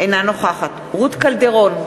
אינה נוכחת רות קלדרון,